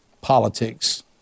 politics